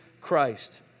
Christ